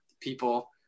people